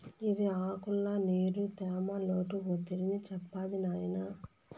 ఇది ఆకుల్ల నీరు, తేమ, లోటు ఒత్తిడిని చెప్తాది నాయినా